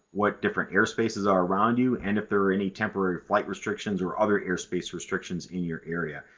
what different airspaces are around you, and if there are any temporary flight restrictions or other airspace restrictions in your area.